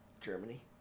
Germany